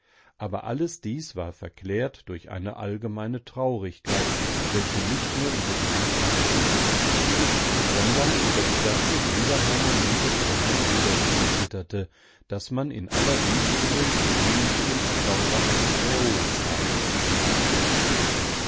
aber alles dies war verklärt durch eine allgemeine traurigkeit welche nicht nur über die lieblichen gesichtszüge sondern über die ganze gliederharmonie des fräulein federspiel zitterte daß man in aller windstille die wehmütigen akkorde einer äolsharfe zu hören glaubte